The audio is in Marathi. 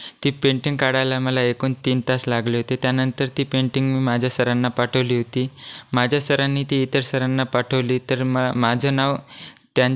ती पेंटिंग काढायला मला एकूण तीन तास लागले होते त्यानंतर ती पेंटिंग मी माझ्या सरांना पाठवली होती माझ्या सरांनी ती इतर सरांना पाठवली तर मा माझं नाव